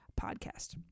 podcast